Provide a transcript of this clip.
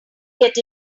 get